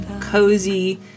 cozy